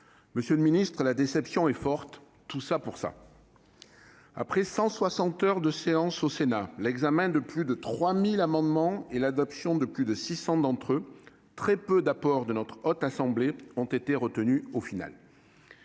Monsieur le ministre, la déception est forte. Tout ça pour ça ! Après 160 heures de séance au Sénat, l'examen de plus de 3 000 amendements et l'adoption de plus de 600 d'entre eux, très peu d'apports de la Haute Assemblée ont été finalement